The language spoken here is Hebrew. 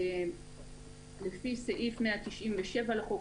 לפי סעיף 197 לחוק,